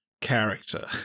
character